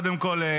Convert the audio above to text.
קודם כול,